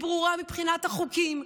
היא ברורה מבחינת החוקים,